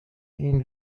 این